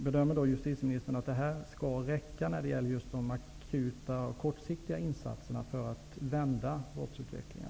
Bedömer justitieministern att de här åtgärderna räcker som akuta och kortsiktiga insatser för att vända brottsutvecklingen?